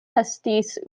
estis